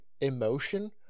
emotion